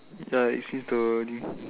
like since the earning